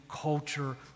culture